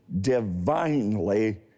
divinely